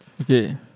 Okay